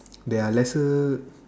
there are lesser